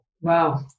Wow